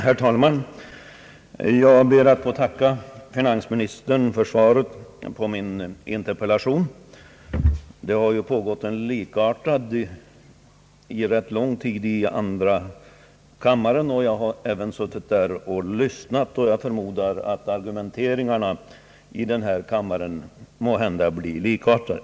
Herr talman! Jag ber att få tacka finansministern för svaret på min interpellation. Det har ju pågått en ganska lång likartad interpellationsdebatt i andra kammaren, och jag har suttit där och lyssnat. Jag förmodar att argumenteringarna i första kammaren måhända blir likartade.